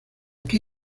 que